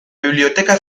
biblioteca